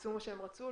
ועשו מה שהם רצו.